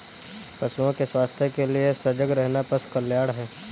पशुओं के स्वास्थ्य के लिए सजग रहना पशु कल्याण है